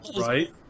Right